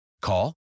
Call